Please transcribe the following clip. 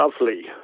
lovely